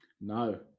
no